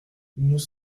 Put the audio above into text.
nous